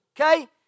okay